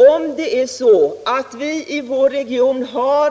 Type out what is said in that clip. Om vi i vår region har